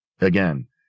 again